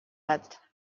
gat